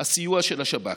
הסיוע של השב"כ.